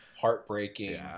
heartbreaking